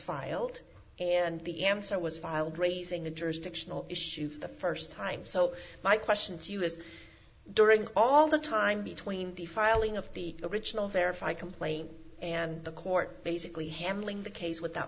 filed and the answer was filed raising the jurisdictional issue for the first time so my question to you is during all the time between the filing of the original verify complaint and the court basically handling the case without